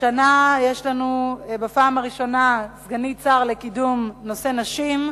השנה יש לנו בפעם הראשונה סגנית שר לקידום נושא הנשים,